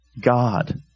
God